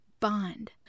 bond